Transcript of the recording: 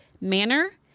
manner